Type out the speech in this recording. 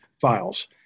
files